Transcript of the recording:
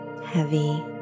heavy